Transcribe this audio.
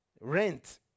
rent